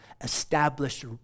established